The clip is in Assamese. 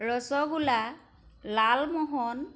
ৰসগোলা লালমোহন